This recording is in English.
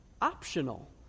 optional